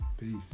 Peace